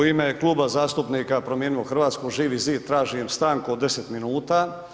U ime Kluba zastupnika Promijenimo Hrvatsku, Živi zid tražim stanku od deset minuta.